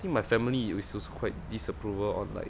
think my family is also quite disapproval of like